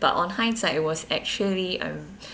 but on hindsight it was actually a